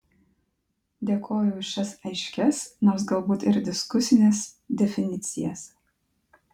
dėkoju už šias aiškias nors galbūt ir diskusines definicijas